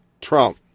Trump